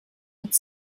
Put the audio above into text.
hat